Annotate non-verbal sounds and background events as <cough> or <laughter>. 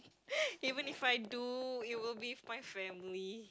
<laughs> even if I do it will be with my family